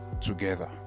together